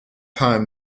time